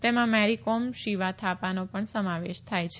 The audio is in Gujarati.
તેમાં મેરીકોમ શિવા થાપાનો પણ સમાવેશ થાય છે